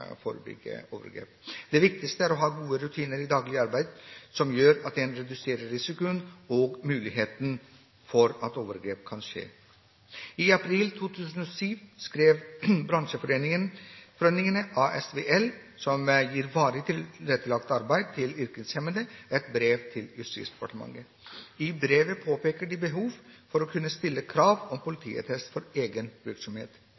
forebygge overgrep. Det viktigste er å ha gode rutiner i det daglige arbeidet, noe som gjør at en reduserer risikoen og muligheten for at overgrep kan skje. I april 2007 skrev bransjeforeningen – ASVL – som gir varig tilrettelagt arbeid til yrkeshemmede, et brev til Justisdepartementet. I brevet påpeker de behovet for å kunne stille krav om